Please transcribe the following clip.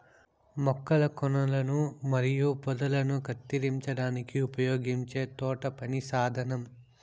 మొక్కల కొనలను మరియు పొదలను కత్తిరించడానికి ఉపయోగించే తోటపని సాధనం